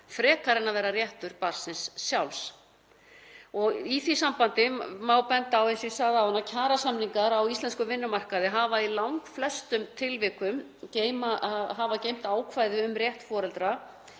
frekar en að vera réttur barnsins sjálfs. Í því sambandi má benda, eins og ég sagði áðan, á að kjarasamningar á íslenskum vinnumarkaði hafa í langflestum tilvikum haft að geyma ákvæði um rétt foreldra